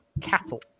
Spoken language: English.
cattle